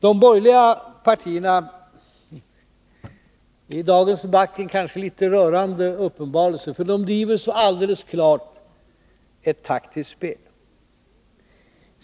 De borgerliga partierna är i dagens debatt en kanske litet rörande uppenbarelse, för de bedriver så alldeles klart ett taktiskt spel.